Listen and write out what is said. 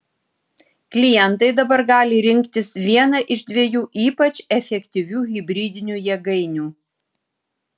klientai dabar gali rinktis vieną iš dviejų ypač efektyvių hibridinių jėgainių